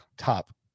Top